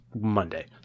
Monday